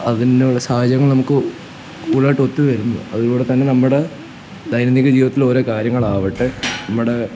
അതിനുള്ള സാഹചര്യങ്ങള് നമുക്ക് കൂടുതലായിട്ടൊത്തുവരുന്നു അതിലൂടെ തന്നെ നമ്മുടെ ദൈനംദിന ജീവിതത്തിലെ ഓരോ കാര്യങ്ങളാവട്ടെ നമ്മളുടെ